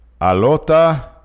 Alota